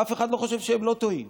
אף אחד לא חושב שהם לא טועים,